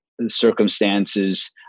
circumstances